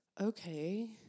okay